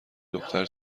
دختر